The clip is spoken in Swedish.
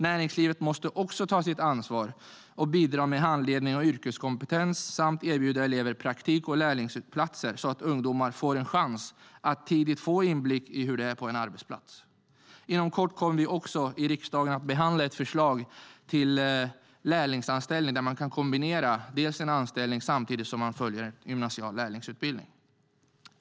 Näringslivet måste också ta sitt ansvar och bidra med handledning och yrkeskompetens samt erbjuda elever praktik och lärlingsplatser så att ungdomar får en chans att tidigt få inblick i hur det är på en arbetsplats. Inom kort kommer vi också att i riksdagen behandla ett förslag till lärlingsanställning, där man kan kombinera en anställning med en gymnasial lärlingsutbildning.